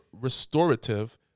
restorative